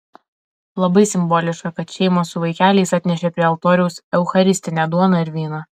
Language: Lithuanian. labai simboliška kad šeimos su vaikeliais atnešė prie altoriaus eucharistinę duoną ir vyną